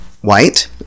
white